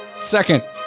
second